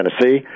Tennessee